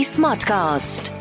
Smartcast